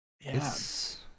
yes